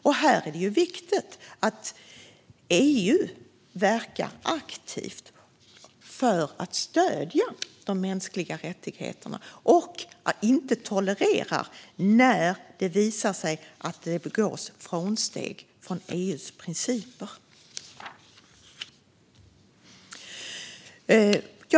Det är viktigt att EU verkar aktivt för att stödja de mänskliga rättigheterna och inte tolererar när det visar sig att det görs avsteg från EU:s principer.